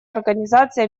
организации